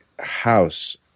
house